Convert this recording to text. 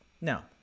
now